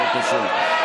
בבקשה.